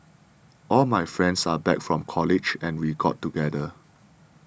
all my friends are back from college and we got together